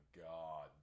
god